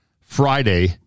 Friday